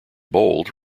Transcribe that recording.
bold